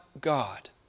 God